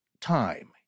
time